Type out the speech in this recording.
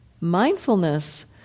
Mindfulness